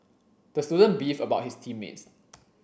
the student beefed about his team mates